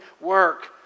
work